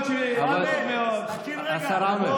השר עמאר.